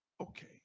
okay